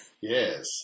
Yes